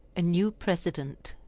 a new president,